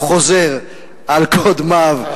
הוא חוזר על קודמיו,